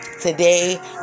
Today